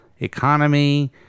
economy